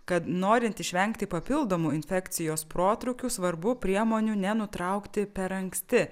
kad norint išvengti papildomų infekcijos protrūkių svarbu priemonių nenutraukti per anksti